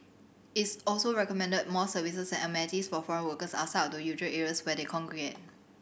it's also recommended more services and amenities for foreign workers outside of the usual areas where they congregate